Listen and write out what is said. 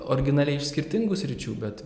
originaliai iš skirtingų sričių bet